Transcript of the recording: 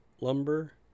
lumber